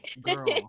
Girl